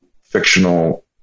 fictional